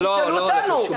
תשאלו אותנו.